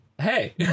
hey